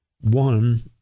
One